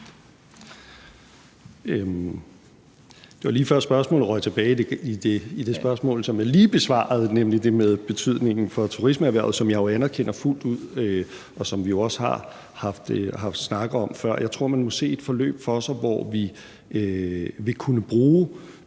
Det var lige før, at spørgsmålet røg tilbage i det spørgsmål, som jeg lige besvarede, nemlig det med betydningen for turismeerhvervet, som jeg jo anerkender fuldt ud, og som vi også har haft snak om før. Jeg tror, man må se et forløb for sig, hvor vi vil kunne bruge